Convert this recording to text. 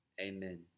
amen